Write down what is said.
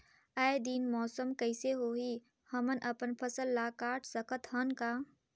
आय दिन मौसम कइसे होही, हमन अपन फसल ल काट सकत हन का?